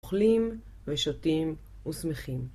אוכלים ושותים ושמחים.